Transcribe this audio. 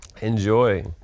Enjoy